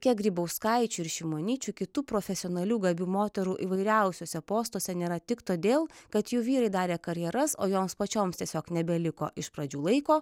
kiek grybauskaičių ir šimonyčių kitų profesionalių gabių moterų įvairiausiuose postuose nėra tik todėl kad jų vyrai darė karjeras o joms pačioms tiesiog nebeliko iš pradžių laiko